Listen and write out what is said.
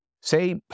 Say